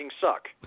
suck